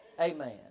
Amen